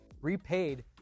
repaid